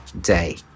day